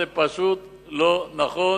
זה פשוט לא נכון,